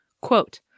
Quote